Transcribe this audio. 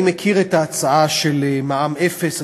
אני מכיר את ההצעה של מע"מ אפס,